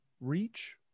reach